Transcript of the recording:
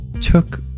took